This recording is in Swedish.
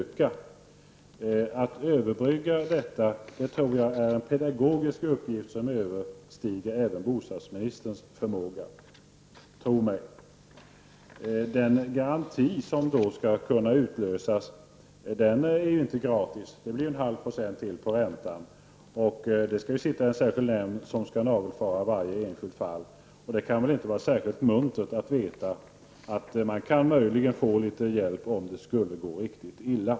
Att överbrygga detta tror jag är en pedagogisk uppgift som överstiger även bostadsministerns förmåga, tro mig. Den garanti som då skall kunna utlösas är inte gratis. Det blir 0,5 % till på räntan. En särskild nämnd skall nagelfara varje enskilt fall. Det kan inte vara särskilt muntert att veta att man möjligen kan få litet hjälp om det skulle gå riktigt illa.